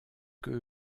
que